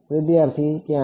વિદ્યાર્થી ત્યાં છે